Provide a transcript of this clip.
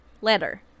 letter